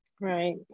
Right